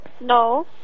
No